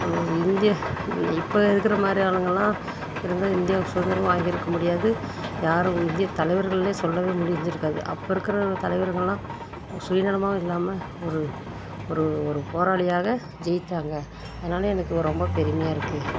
நமது இந்தியா இப்போ இருக்கிற மாதிரி ஆளுங்கள்லாம் இருந்தால் இந்தியாவுக்கு சுதந்திரமே வாங்கியிருக்க முடியாது யாரும் இந்திய தலைவர்கள்னே சொல்லவே முடிஞ்சுருக்காது அப்போ இருக்கிற தலைவர்களெலாம் ஒரு சுயநலமாகவும் இல்லாமல் ஒரு ஒரு ஒரு போராளியாக ஜெயிச்சாங்க அதனாலே எனக்கு ரொம்ப பெருமையாக இருக்குது